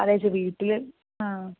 അതെ ചേച്ചി വീട്ടിൽ